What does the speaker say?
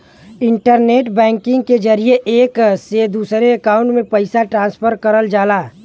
internet banking के जरिये एक से दूसरे अकांउट में पइसा ट्रांसफर करल जाला